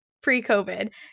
pre-covid